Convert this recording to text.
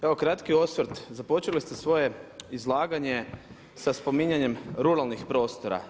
Evo kratki osvrt, započeli ste svoje izlaganje sa spominjanjem ruralnih prostora.